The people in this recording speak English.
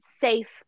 safe